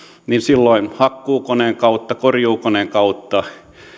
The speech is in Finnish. niin silloin hakkuukoneen kautta korjuukoneen kautta